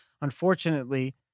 unfortunately